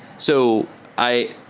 so i